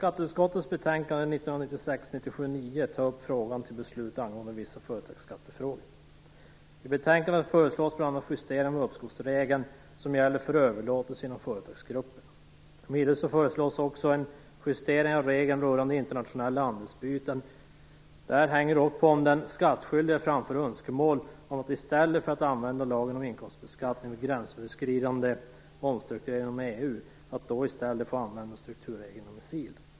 Fru talman! Skatteutskottets betänkande Vidare föreslås en justering av reglerna rörande internationella andelsbyten. Detta sammanhänger dock med om den skattskyldige framför önskemål om att få använda strukturregeln inom SIL i stället för lagen om inkomstbeskattning vid gränsöverskridande omstrukturering inom EU.